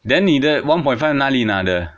then 你的 one point five 哪里拿的